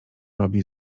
robi